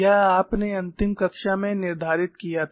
यह आपने अंतिम कक्षा में निर्धारित किया था